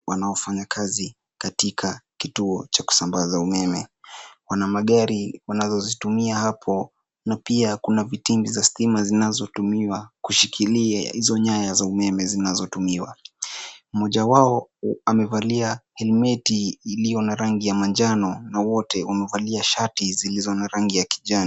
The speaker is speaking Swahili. Wanaofanya kazi Katika kituo cha kusambaza umeme, Wana magari wanazozitumia hapo na pia kuna vitimbi vya stima zinazotumiwa kushikilia hizo nyaya za umeme zinazotumiwa ,mmoja wao amevalia helmeti iliyo na rangi ya manjano na wote wamevalia shati zilizo na rangi ya kijani.